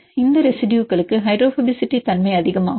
இந்த ரெசிடுயுகளுக்கு ஹைட்ரோபோபசிட்டி தன்மை அதிகமாகும்